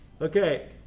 Okay